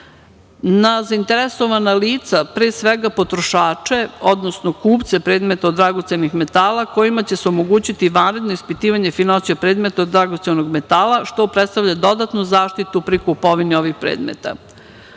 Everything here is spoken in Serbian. na zainteresovana lica, pre svega, potrošače, odnosno kupce predmeta od dragocenih metala, kojima će se omogućiti vanredno ispitivanje finoće predmeta od dragocenog metala, što predstavlja dodatnu zaštitu pri kupovini ovih predmeta. Dakle,